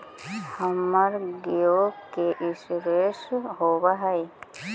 हमर गेयो के इंश्योरेंस होव है?